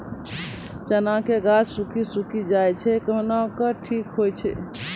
चना के गाछ सुखी सुखी जाए छै कहना को ना ठीक हो छै?